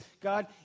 God